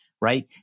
right